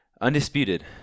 Undisputed